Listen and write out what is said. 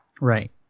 Right